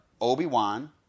Obi-Wan